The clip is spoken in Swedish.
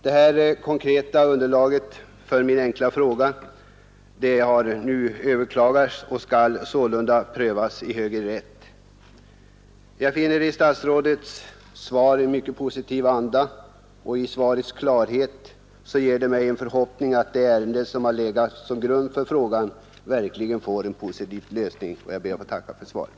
Det ärende som är det konkreta underlaget för min fråga har nu överklagats och skall sålunda prövas i högre rätt. Jag finner andan i statsrådets svar mycket positiv. Detta och svarets klarhet ger mig en förhoppning att det ärende som legat till grund för frågan verkligen skall få en positiv behandling. Jag ber ännu en gång att få tacka för svaret.